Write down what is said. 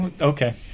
okay